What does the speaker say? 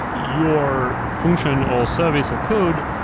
your function, or service, or code,